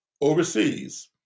overseas